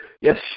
Yes